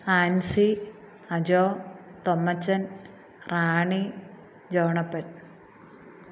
Ancy Ajo Thommachan Rani Johnappan